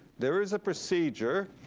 there is a procedure